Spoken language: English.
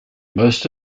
most